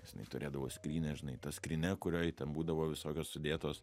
nes jinai turėdavo skrynią žinai ta skrynia kurioj ten būdavo visokios sudėtos